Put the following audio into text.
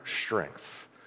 strength